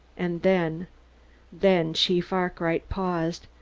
and then then chief arkwright paused,